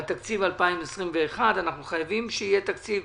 על תקציב 2021. אנחנו חייבים שיהיה תקציב,